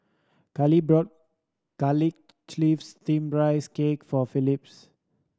Kale brought Garlic Chives Steamed Rice Cake for Phillis